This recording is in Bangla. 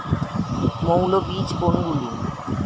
মৌল বীজ কোনগুলি?